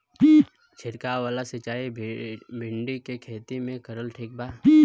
छीरकाव वाला सिचाई भिंडी के खेती मे करल ठीक बा?